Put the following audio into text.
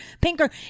Pinker